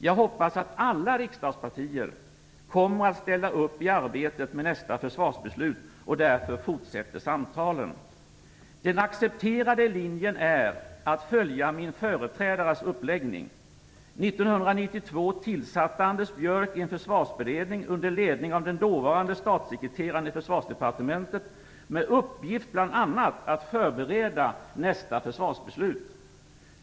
Jag hoppas att alla riksdagspartier kommer att ställa upp i arbetet med nästa försvarsbeslut. Därför fortsätter samtalen. Den accepterade linjen är att följa min företrädares uppläggning. 1992 tillsatte Anders Björck en försvarsberedning under ledning av den dåvarande statssekreteraren i Försvarsdepartementet med uppgift bl.a. att förbereda nästa försvarsbeslut.